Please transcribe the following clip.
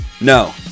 no